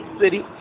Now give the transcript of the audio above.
City